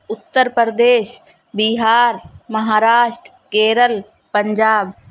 Uttar Pradesh Bihar Maharashtra Kerala Punjab